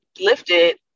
lifted